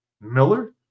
Miller